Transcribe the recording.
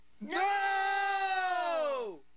No